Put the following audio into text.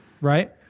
Right